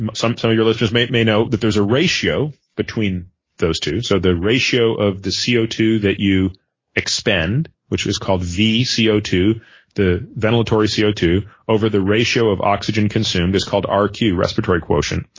um some some of your listeners may may know that there's a ratio between those two. so the ratio of the c o two that you expend, which is called v c zero two the ventilatory c o two over the ratio of oxygen consumed is called ah rq respiratory quotient,